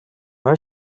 her